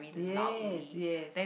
yes yes